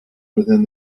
within